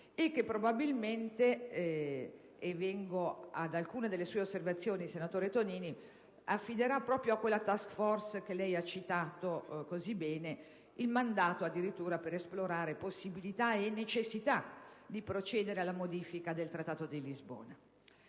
e che probabilmente - e vengo ad alcune delle sue osservazioni, senatore Tonini - affiderà proprio a quella *task force* che lei ha citato opportunamente il mandato, addirittura, per esplorare possibilità e necessità di procedere alla modifica del Trattato di Lisbona.